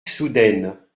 soudaine